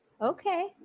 Okay